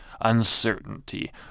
uncertainty